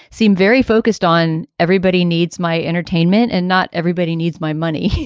seem very focused on everybody needs my entertainment and not everybody needs my money.